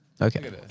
Okay